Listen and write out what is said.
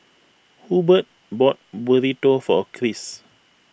Hubbard bought Burrito for Kris